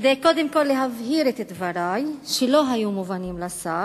קודם כול כדי להבהיר את דברי, שלא היו מובנים לשר.